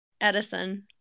Edison